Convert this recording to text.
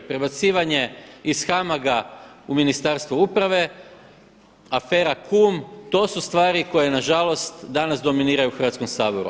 Prebacivanje iz HAMAG-a u Ministarstvo uprave, afera „kum“ to su stvari koje nažalost danas dominiraju u Hrvatskom saboru.